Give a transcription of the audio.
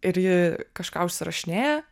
ir ji kažką užsirašinėja